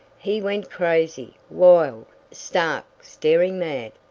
he went crazy wild, stark, staring mad!